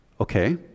Okay